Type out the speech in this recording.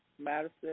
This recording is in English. Madison